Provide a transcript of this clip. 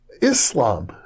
Islam